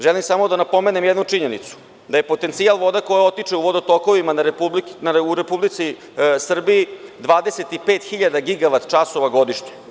Želim samo da napomenem jednu činjenicu, da je potencijal vode koja otiče u vodotokovima u Republici Srbiji 25 hiljada gigavat-časova godišnje.